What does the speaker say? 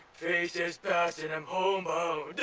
faces pass, and i'm homebound. hello?